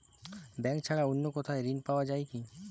Bank ছাড়া অন্য কোথাও ঋণ পাওয়া যায় কি?